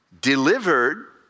delivered